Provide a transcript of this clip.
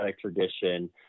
tradition